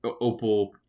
opal